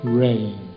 rain